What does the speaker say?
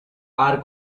are